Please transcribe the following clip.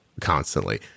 constantly